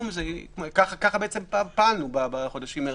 ככה פעלנו בחודשים מרץ-אפריל.